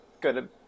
good